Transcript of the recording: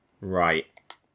Right